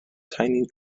tiny